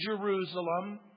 Jerusalem